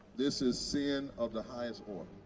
this is sin of the highest order.